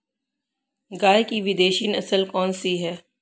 गाय की विदेशी नस्ल कौन सी है?